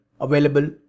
available